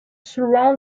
surround